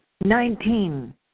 Nineteen